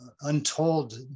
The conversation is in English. untold